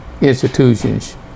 institutions